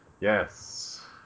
Yes